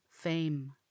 fame